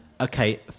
okay